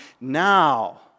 now